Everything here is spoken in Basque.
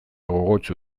gogotsu